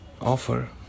offer